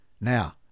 Now